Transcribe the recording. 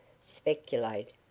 speculate